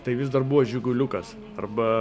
tai vis dar buvo žiguliukas arba